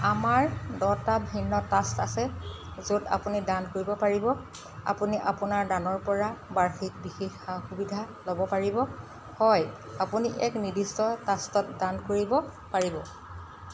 আমাৰ দহটা ভিন্ন ট্ৰাষ্ট আছে য'ত আপুনি দান কৰিব পাৰিব আপুনি আপোনাৰ দানৰ পৰা বাৰ্ষিক বিশেষ সা সুবিধা ল'ব পাৰিব হয় আপুনি এক নিৰ্দিষ্ট ট্ৰাষ্টত দান কৰিব পাৰিব